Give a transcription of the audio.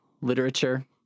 literature